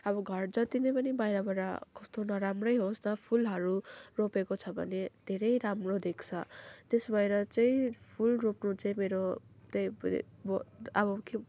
अब घर जति नै पनि बाहिरबाट कस्तो नराम्रै होस् न फुलहरू रोपेको छ भने धेरै राम्रो देख्छ त्यसो भएर चाहिँ फुल रोप्नु चाहिँ मेरो अब के